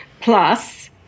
plus